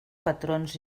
patrons